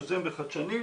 יוזם וחדשני,